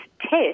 test